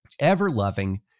ever-loving